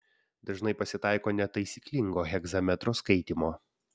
dažnai pasitaiko netaisyklingo hegzametro skaitymo